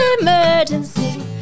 Emergency